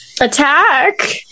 attack